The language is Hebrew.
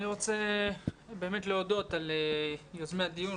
אני רוצה באמת להודות ליוזמי הדיון,